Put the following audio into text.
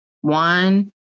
one